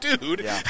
dude